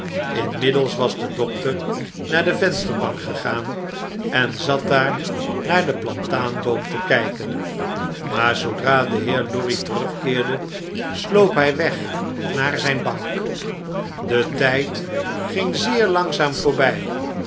inmiddels was de dokter naar de vensterbank gegaan en zat daar naar den plataanboom te kijken maar zoodra de heer lorry terugkeerde sloop hij weg naar zyne bank de tijd ging zeer langzaam voorby